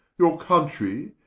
your countrey,